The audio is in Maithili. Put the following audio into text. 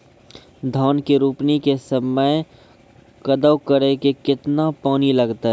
धान के रोपणी के समय कदौ करै मे केतना पानी लागतै?